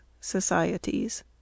Societies